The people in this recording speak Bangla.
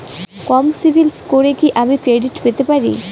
কম সিবিল স্কোরে কি আমি ক্রেডিট পেতে পারি?